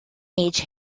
age